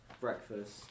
breakfast